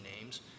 names